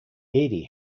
edie